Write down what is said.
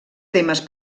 temes